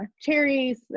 cherries